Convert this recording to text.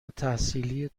التحصیلی